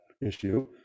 issue